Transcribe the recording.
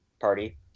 party